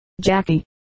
Jackie